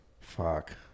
Fuck